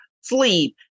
sleep